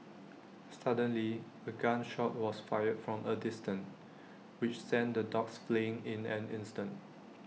suddenly A gun shot was fired from A distance which sent the dogs fleeing in an instant